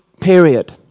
period